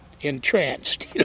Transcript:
entranced